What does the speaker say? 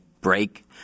break